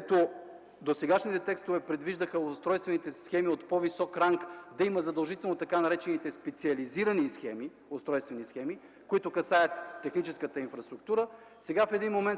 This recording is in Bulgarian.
че досегашните текстове предвиждаха устройствените схеми от по-висок ранг да имат задължително така наречените специализирани устройствени схеми, касаещи техническата инфраструктура, а сега в